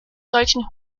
solchen